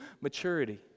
maturity